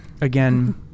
again